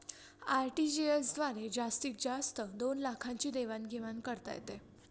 RTGS द्वारे जास्तीत जास्त दोन लाखांची देवाण घेवाण करता येते